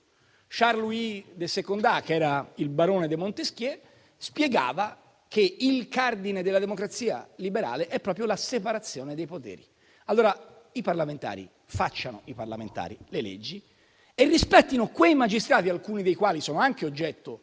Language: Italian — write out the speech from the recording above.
Charles-Louis de Secondat, barone di Montesquieu, spiegava che il cardine della democrazia liberale è proprio la separazione dei poteri. Allora, i parlamentari facciano i parlamentari, facciano le leggi e rispettino i magistrati, alcuni dei quali sono anche oggetto